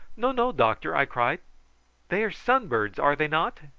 no, no, doctor, i cried they are sunbirds, are they not?